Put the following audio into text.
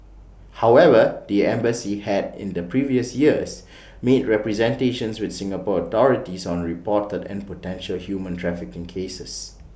however the embassy had in the previous years made representations with Singapore authorities on reported and potential human trafficking cases